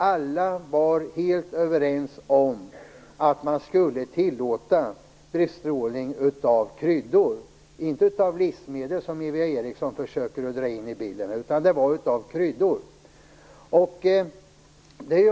Alla var helt överens om att man skulle tillåta bestrålning av kryddor - inte av livsmedel, som Eva Eriksson försöker dra in i bilden.